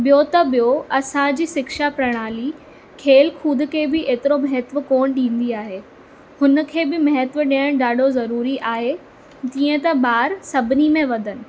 ॿियो त ॿियो असांजी सिक्षा प्रणाली खेल कूद खे बि एॾो महत्व कोन ॾींदी आहे हुन खे बि महत्व ॾियणु ॾाढो ज़रूरी आहे जीअं त ॿार सभिनी में वधनि